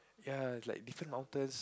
ya like different mountains